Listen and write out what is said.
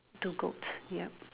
two goats yup